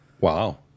Wow